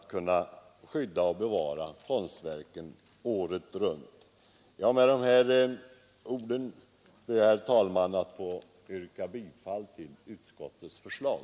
Med de här orden, herr talman, ber jag att få yrka bifall till utskottets förslag.